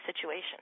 situation